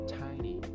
tiny